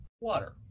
water